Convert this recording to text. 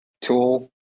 tool